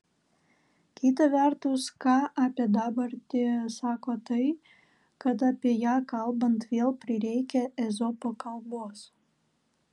kita vertus ką apie dabartį sako tai kad apie ją kalbant vėl prireikia ezopo kalbos